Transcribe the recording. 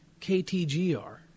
KTGR